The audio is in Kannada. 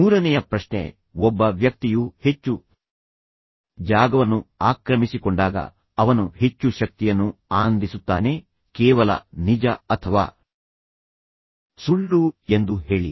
ಮೂರನೆಯ ಪ್ರಶ್ನೆ ಒಬ್ಬ ವ್ಯಕ್ತಿಯು ಹೆಚ್ಚು ಜಾಗವನ್ನು ಆಕ್ರಮಿಸಿಕೊಂಡಾಗ ಅವನು ಹೆಚ್ಚು ಶಕ್ತಿಯನ್ನು ಆನಂದಿಸುತ್ತಾನೆ ಕೇವಲ ನಿಜ ಅಥವಾ ಸುಳ್ಳು ಎಂದು ಹೇಳಿ